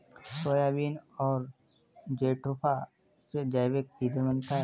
soybean और jatropha से जैविक ईंधन बनता है